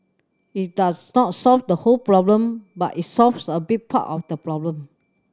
it does not solve the whole problem but it solves a big part of the problem